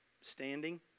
standing